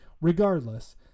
regardless